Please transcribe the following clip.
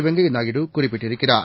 வெங்கய்யநாயுடுகுறிப்பிட்டிருக்கி றார்